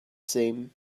same